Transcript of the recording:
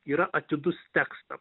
yra atidus tekstam